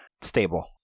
stable